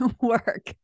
work